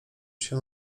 się